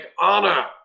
honor